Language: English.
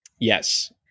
Yes